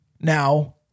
now